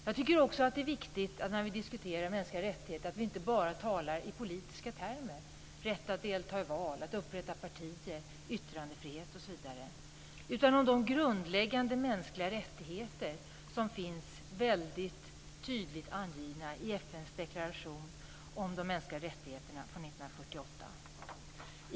Jag tycker också att det är viktigt att vi inte bara talar i politiska termer när vi diskuterar mänskliga rättigheter, t.ex. om rätt att delta i val och att upprätta partier, yttrandefrihet, osv., utan om de grundläggande mänskliga rättigheter som finns väldigt tydligt angivna i FN:s deklaration om de mänskliga rättigheterna från 1948.